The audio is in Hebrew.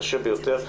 קשה ביותר,